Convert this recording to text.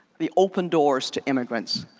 the open doors to immigrants.